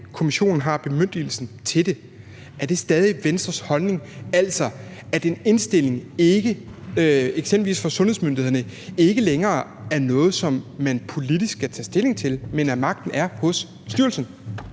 Kommissionen har bemyndigelsen til det«. Er det stadig Venstres holdning, altså at en indstilling fra eksempelvis sundhedsmyndighederne ikke længere er noget, som man politisk skal tages stilling til, men at magten er hos styrelsen?